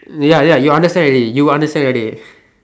ya ya you understand already you understand already